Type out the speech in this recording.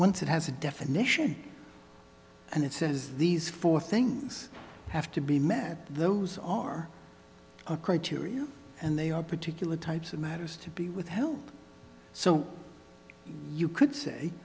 once it has a definition and it says these four things have to be met those are the criteria and they are particular types of matters to be withheld so you could say